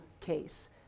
case